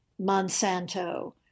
Monsanto